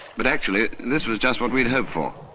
but actually, this was just what we'd hoped for.